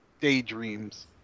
daydreams